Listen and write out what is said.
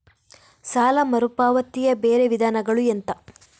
ಸಾಲ ಮರುಪಾವತಿಯ ಬೇರೆ ವಿಧಾನಗಳು ಎಂತ?